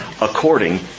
according